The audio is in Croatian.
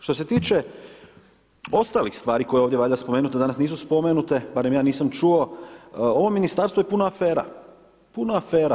Što se tiče ostalih stvari koje valja ovdje spomenuti, a danas nisu spomenute, barem ja nisam čuo, ovo ministarstvo je puno afera.